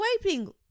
swiping